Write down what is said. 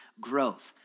growth